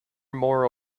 more